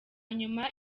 nyuma